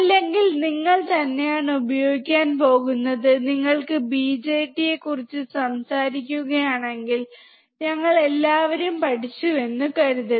അല്ലെങ്കിൽ നിങ്ങൾ തന്നെയാണ് ഉപയോഗിക്കാൻ പോകുന്നത് നിങ്ങൾ BJTയെക്കുറിച്ച് സംസാരിക്കുകയാണെങ്കിൽ ഞങ്ങൾ എല്ലാവരും പഠിച്ചുവെന്ന് കരുതുക